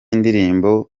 ndirimbo